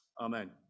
Amen